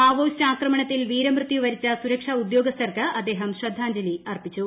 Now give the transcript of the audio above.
Maoist ആക്രമണത്തിൽ വീരമൃത്യുവരിച്ച സുരക്ഷ ഉദ്യോഗസ്ഥർക്ക് അദ്ദേഹം ശ്രദ്ധാജ്ഞലി അർപ്പിച്ചു